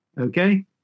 Okay